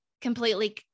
completely